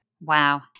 Wow